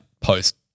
post